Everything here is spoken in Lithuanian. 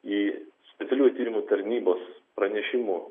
į specialiųjų tyrimų tarnybos pranešimų